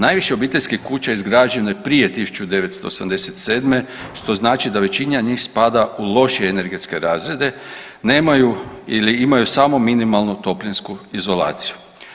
Najviše obiteljskih kuća izgrađeno je prije 1987., što znači da većina njih spada u lošije energetske razrede, nemaju ili imaju samo minimalnu toplinsku izolaciju.